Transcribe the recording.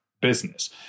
business